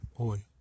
oi